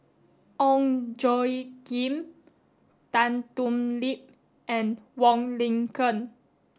Ong Tjoe Kim Tan Thoon Lip and Wong Lin Ken